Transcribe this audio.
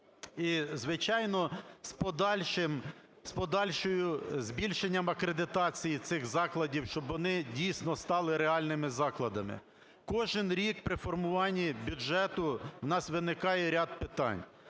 І, звичайно, з подальшим… з подальшою… збільшенням акредитації цих закладів, щоб вони, дійсно, стали реальними закладами. Кожний рік при формуванні бюджету у нас виникає ряд питань,